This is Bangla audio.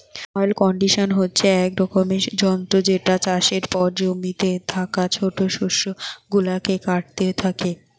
মোয়ার কন্ডিশন হচ্ছে এক রকমের যন্ত্র যেটা চাষের পর জমিতে থাকা ছোট শস্য গুলাকে কাটতে থাকে